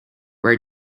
were